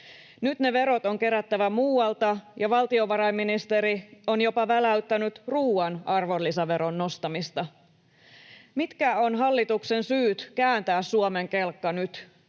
Nyt ne verot on kerättävä muualta, ja valtiovarainministeri on jopa väläyttänyt ruuan arvonlisäveron nostamista. Mitkä ovat hallituksen syyt kääntää Suomen kelkka nyt?